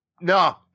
No